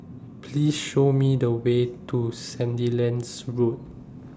Please Show Me The Way to Sandilands Road